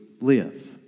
live